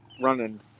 running